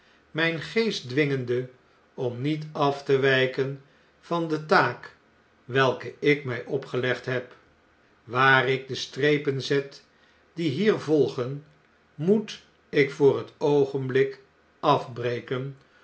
mjjn geest dwingende om niet af te wjjken van de taak welke ik mij opgelegd heb waar ik de strepen zet die hier volgen moet ik voor het oogenblik afbreken